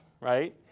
right